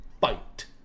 fight